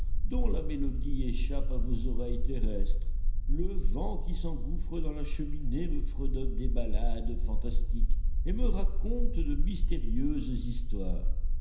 dont la mélodie échappe à vos oreilles terrestres le vent qui s'engouffre dans la cheminée me fredonne des ballades fantastiques et me raconte de mystérieuses histoires